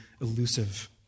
elusive